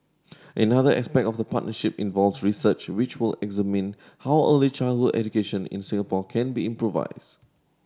another aspect of the partnership involves research which will examine how early childhood education in Singapore can be improved